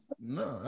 No